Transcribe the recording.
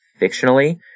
fictionally